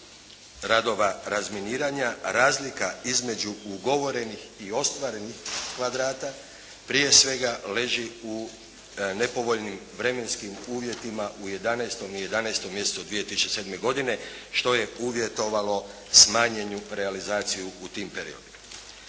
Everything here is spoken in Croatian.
radova razminiranja. Razlika između ugovorenih i ostvarenih kvadrata prije svega leži u nepovoljnim vremenskim uvjetima u 11. mjesecu 2007. godine, što je uvjetovalo smanjenu realizaciju u tim periodima.